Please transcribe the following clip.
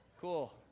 cool